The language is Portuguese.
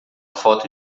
foto